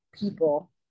people